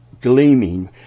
gleaming